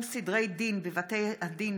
חילי טרופר,